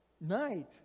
night